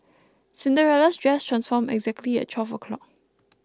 cinderella's dress transformed exactly at twelve o'clock